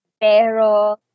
Pero